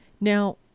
Now